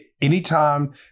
Anytime